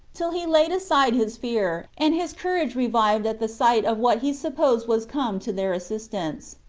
till he laid aside his fear, and his courage revived at the sight of what he supposed was come to their assistance.